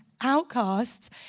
outcasts